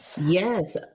Yes